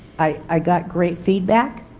i got great feedback,